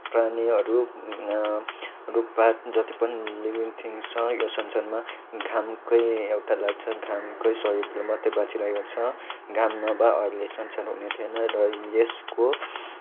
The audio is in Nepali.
प्राणीहरू रुखपात जति पनि लिँभिङ थिङ्स छ यो संसारमा घामकै एउटा लाग्छ घामकै सहयोगले मात्रै बाँचिरहेको छ घाम नभए अहिले संसार हुने थिएन र यसको